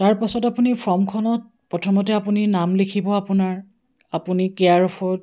তাৰপাছত আপুনি ফৰ্মখনত প্ৰথমতে আপুনি নাম লিখিব আপোনাৰ আপুনি কেয়াৰ অফ ৰ